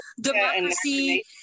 Democracy